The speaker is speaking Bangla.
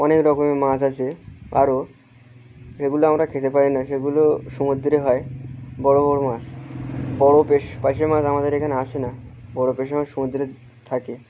অনেক রকমের মছ আছে আরও সেগুলো আমরা খেতে পারি না সেগুলো সমুদ্রে হয় বড়ো বড়ো মাছ বড়ো পেশ পারশে মাছ আমাদের এখানে আসে না বড়ো পারশে মাছ সমুদ্রে থাকে